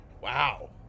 Wow